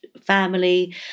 family